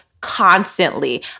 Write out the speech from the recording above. Constantly